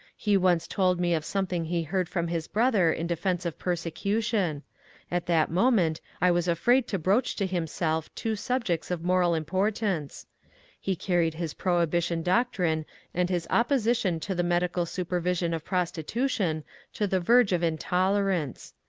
he once told me of something he heard from his brother in defence of persecution at that moment i was afraid to broach to himself two subjects of moral importance he carried his prohibition doctrine and his opposition to the medical supervision of prostitution to the verge of intolerance.